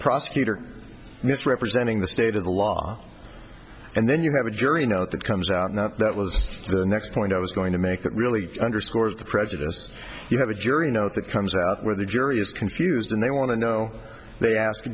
prosecutor misrepresenting the state of the law and then you have a jury note that comes out not that was the next point i was going to make that really underscores the prejudice you have a jury note that comes out where the jury is confused and they want to know they ask